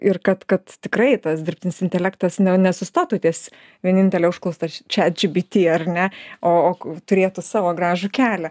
ir kad kad tikrai tas dirbtinis intelektas nesustotų ties vienintele užklausa ar chat gpt ar ne o o ku turėtų savo gražų kelią